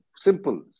Simple